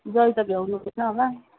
ज्वाइँ त भ्याउनु हुँदैन होला